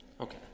okay